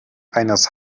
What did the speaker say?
eines